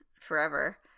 forever